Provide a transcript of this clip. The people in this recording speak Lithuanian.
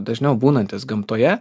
dažniau būnantys gamtoje